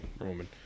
Roman